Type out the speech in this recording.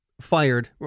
fired